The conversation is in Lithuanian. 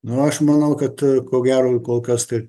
nu aš manau kad ko gero kolkas tai